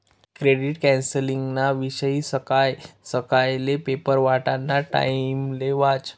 credit कौन्सलिंगना विषयी सकाय सकायले पेपर वाटाना टाइमले वाचं